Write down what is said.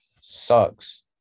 sucks